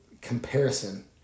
comparison